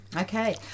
Okay